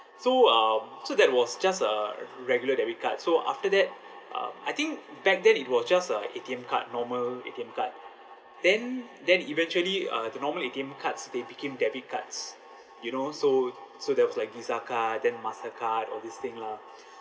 so um so that was just a regular debit card so after that uh I think back then it was just a A_T_M card normal A_T_M card then then eventually uh the normal A_T_M cards they became debit cards you know so so there was like visa card then mastercard all this thing lah